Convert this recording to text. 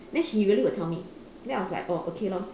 then he really will tell me then I was like oh okay lor